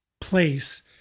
place